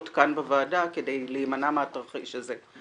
כאן בוועדה כדי להימנע מהתרחיש הזה.